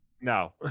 No